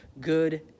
good